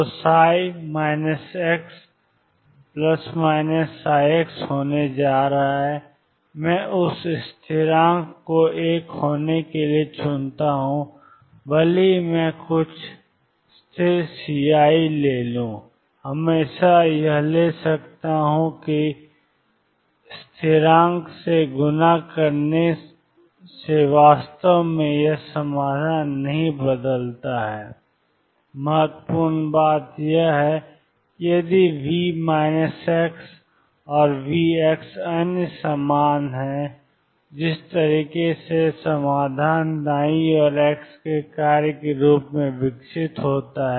तो ψ ±ψ होने जा रहा है मैं उस स्थिरांक को एक होने के लिए चुनता हूं भले ही मैं कुछ स्थिर सीआई ले लूं हमेशा यह ले सकता हूं कि स्थिरांक से गुणा करने से वास्तव में यह समाधान नहीं बदलता है महत्वपूर्ण बात यह है कि यदि V और V अन्य समान हैं तो जिस तरह से समाधान दाईं ओर x के कार्य के रूप में विकसित होता है